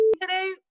today